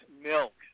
milk